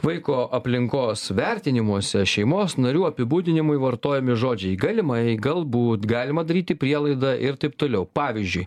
vaiko aplinkos vertinimuose šeimos narių apibūdinimui vartojami žodžiai galimai galbūt galima daryti prielaidą ir taip toliau pavyzdžiui